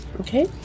Okay